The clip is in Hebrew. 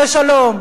לשלום?